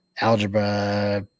algebra